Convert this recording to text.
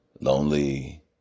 lonely